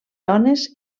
dones